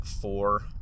four